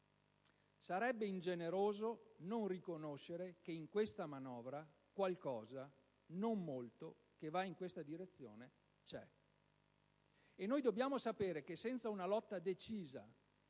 Sarebbe ingeneroso non riconoscere che in questa manovra qualcosa (non molto) che va in questa direzione c'è. E noi dobbiamo sapere che senza una lotta decisa,